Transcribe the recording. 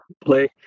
play